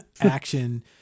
action